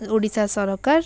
ଓଡ଼ିଶା ସରକାର